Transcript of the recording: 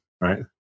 Right